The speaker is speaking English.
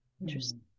interesting